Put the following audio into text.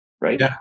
Right